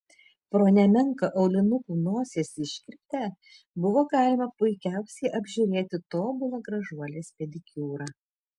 pro nemenką aulinukų nosies iškirptę buvo galima puikiausiai apžiūrėti tobulą gražuolės pedikiūrą